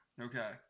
Okay